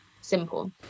Simple